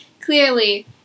clearly